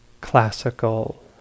classical